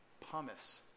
pumice